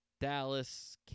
Dallas